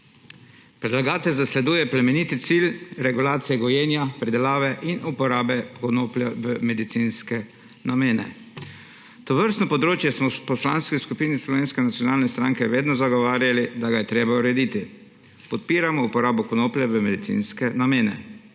Predlagatelj zasleduje plemeniti cilj regulacije gojenja, predelave in uporabe konoplje v medicinske namene. Tovrstno področje smo v Poslanski skupini Slovenske nacionalne stranke vedno zagovarjali, da ga je treba urediti. Podpiramo uporabo konoplje v medicinske namene.